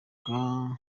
aba